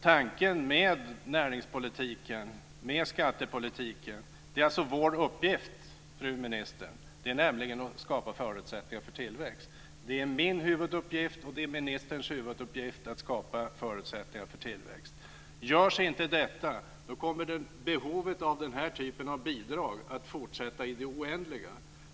Tanken med näringspolitiken och skattepolitiken, fru minister, är nämligen att det är vår uppgift att skapa förutsättningar för tillväxt. Det är min huvuduppgift och det är ministerns huvuduppgift att skapa förutsättningar för tillväxt. Görs inte detta kommer behovet av den här typen av bidrag att fortsätta i det oändliga.